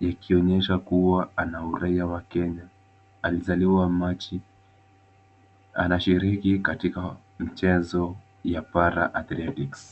ikionyesha kuwa ana uraia wa Kenya. Alizaliwa Machi, anashiriki katika mchezo ya Para Athletics.